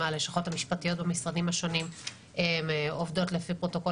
הלשכות המשפטיות במשרדים השונים עובדות לפי פרוטוקול